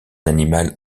animal